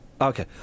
Okay